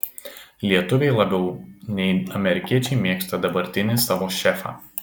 lietuviai labiau nei amerikiečiai mėgsta dabartinį savo šefą